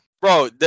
Bro